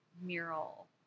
mural